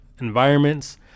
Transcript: environments